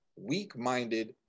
weak-minded